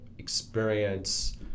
experience